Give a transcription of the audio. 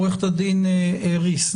עורכת הדין ריס.